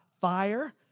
fire